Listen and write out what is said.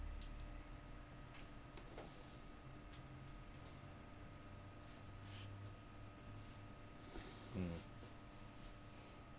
mm